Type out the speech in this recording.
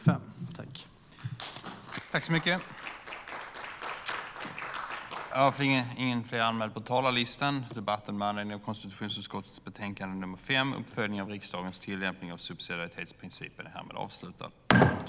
Uppföljning av riksdagens tillämpning av subsidiaritets-principen